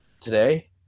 today